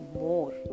more